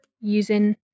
using